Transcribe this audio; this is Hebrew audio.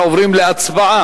אנחנו עוברים להצבעה.